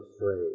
afraid